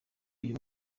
uyu